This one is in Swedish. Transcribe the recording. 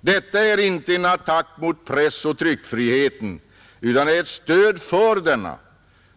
Detta är inte en attack mot pressoch tryckfriheten utan ett stöd för denna.